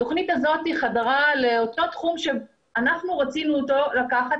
התוכנית הזאת חדרה לאותו תחום שאנחנו רצינו לקחת